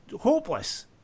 Hopeless